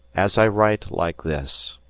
as i write like this,